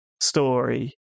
story